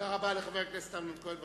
תודה רבה לחבר הכנסת אמנון כהן.